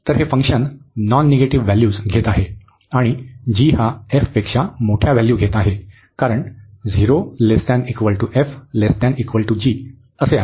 तर हे function non negative value घेत आहे आणि g हा f पेक्षा मोठ्या व्हॅल्यू घेत आहे कारण 0≤f≤g आहे